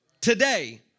today